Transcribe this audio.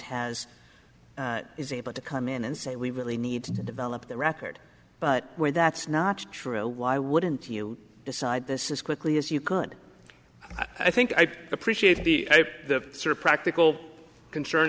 has is able to come in and say we really need to develop the record but where that's not true why wouldn't you decide this is quickly as you could i think i appreciate the sort of practical concern